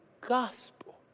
gospel